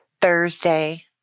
Thursday